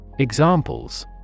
Examples